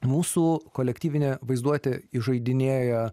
mūsų kolektyvinė vaizduotė įžaidinėja